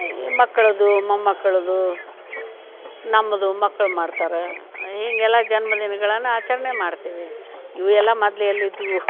ಈ ಮಕ್ಕಳದು ಮೊಮ್ಮಕ್ಕಳದು ನಮ್ಮದು ಮಕ್ಳು ಮಾಡ್ತಾರ ಹೀಂಗೆ ಎಲ್ಲ ಜನ್ಮ ದಿನ್ಗಳನ್ನು ಆಚರಣೆ ಮಾಡ್ತೀವಿ ಇವು ಎಲ್ಲ ಮದ್ಲು ಎಲ್ಲಿ ಇದ್ದವು